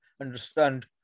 understand